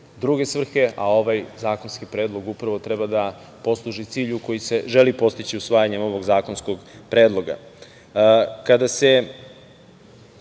druge svrhe, a ovaj zakonski predlog treba da posluži cilju koji se želi postići usvajanjem ovog zakonskog predloga. Kada se